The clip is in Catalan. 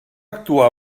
actuar